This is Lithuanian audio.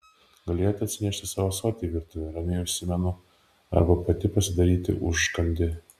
galėjote atsinešti savo ąsotį į virtuvę ramiai užsimenu arba pati pasidaryti užkandį